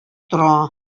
тора